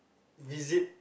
visit